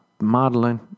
modeling